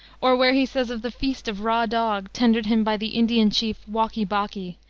or where he says of the feast of raw dog, tendered him by the indian chief, wocky-bocky,